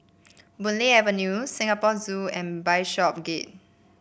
Boon Lay Avenue Singapore Zoo and Bishopsgate